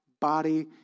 body